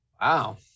Wow